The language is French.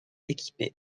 équipée